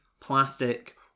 plastic